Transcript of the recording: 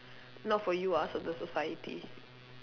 not for you ah so the society